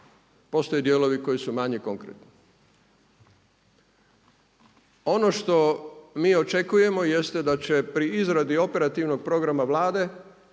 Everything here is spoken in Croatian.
postoje dijelovi koje su manje konkretni. Ono što mi očekujemo jeste da će pri izradi operativnog programa Vlade